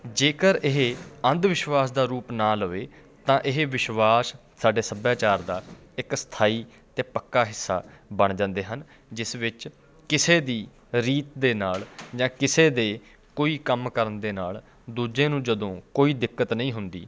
ਜੇਕਰ ਇਹ ਅੰਧ ਵਿਸ਼ਵਾਸ ਦਾ ਰੂਪ ਨਾ ਲਵੇ ਤਾਂ ਇਹ ਵਿਸ਼ਵਾਸ ਸਾਡੇ ਸੱਭਿਆਚਾਰ ਦਾ ਇੱਕ ਸਥਾਈ ਅਤੇ ਪੱਕਾ ਹਿੱਸਾ ਬਣ ਜਾਂਦੇ ਹਨ ਜਿਸ ਵਿੱਚ ਕਿਸੇ ਦੀ ਰੀਤ ਦੇ ਨਾਲ ਜਾਂ ਕਿਸੇ ਦੇ ਕੋਈ ਕੰਮ ਕਰਨ ਦੇ ਨਾਲ ਦੂਜੇ ਨੂੰ ਜਦੋਂ ਕੋਈ ਦਿੱਕਤ ਨਹੀਂ ਹੁੰਦੀ